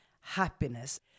happiness